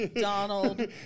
Donald